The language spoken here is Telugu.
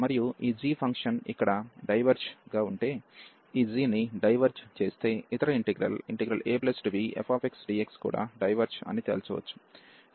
మరియు ఈ g ఫంక్షన్ ఇక్కడ డైవెర్జ్ గా ఉంటే ఈ g ని డైవెర్జ్ చేస్తే ఇతర ఇంటిగ్రల్ abfxdx కూడా డైవెర్జ్ అని తేల్చవచ్చు